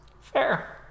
Fair